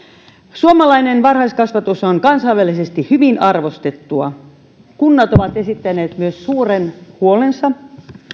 suomalainen varhaiskasvatus on kansainvälisesti hyvin arvostettua kunnat ovat esittäneet myös suuren huolensa